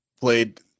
played